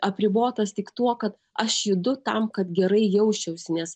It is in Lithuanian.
apribotas tik tuo kad aš judu tam kad gerai jausčiausi nes